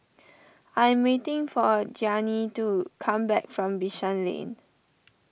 I am waiting for a Gianni to come back from Bishan Lane